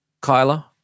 Kyla